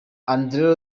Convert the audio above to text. andrew